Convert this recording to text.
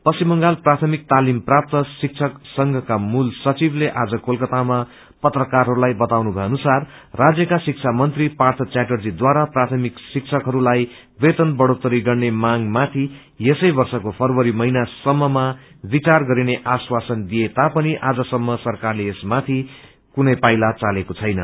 पश्चिम बंगाल प्रायमिक तालिम प्राप्त शिक्षक संघका मूल संघिवले आज कलकतामा पत्रकारहरूलाई बताए अनुसार राज्यका शिक्षा मन्त्री पार्थ च्याटर्जीव्रारा प्राथमिक शिक्षकस्लाई वेतन बढ़ोत्तरी गर्ने माग माथि यसै वर्षको फरवरी महनासम्ममा विचार गरिने आश्वासन दिङ्ए तापनि आजसम्म सरकारले यसमाथि कुनै पाइला चालेको छैन